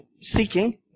seeking